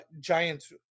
Giants